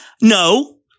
No